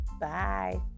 bye